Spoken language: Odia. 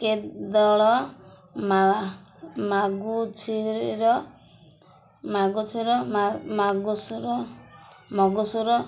କେଦଳ ମା ମାଗୁଛିର ମାଗୁଛିର ମାଗସୁର ମଗସୁର